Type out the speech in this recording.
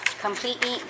completely